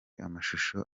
amashusho